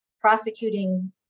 prosecuting